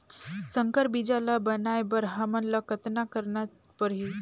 संकर बीजा ल बनाय बर हमन ल कतना करना परही?